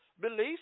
beliefs